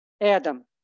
Adam